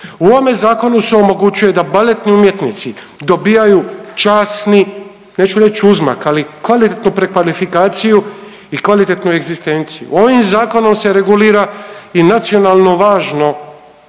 U ovome zakonu se omogućuje da baletni umjetnici dobijaju časni, neću reći uzmak, ali kvalitetnu prekvalifikaciju i kvalitetnu egzistenciju. Ovim zakonom se regulira i nacionalno važno